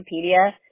Wikipedia